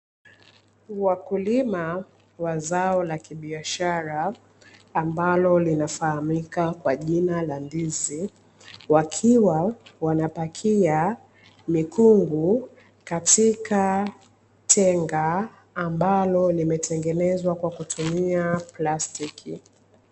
Wakulima wa zao la kibiashara, ambalo linafahamika kwa jina la ndizi, wakiwa wanapakia mikungu katika tenga, ambalo limetengenezwa kwa kutumia plastiki.